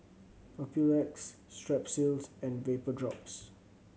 Papulex Strepsils and Vapodrops